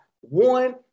one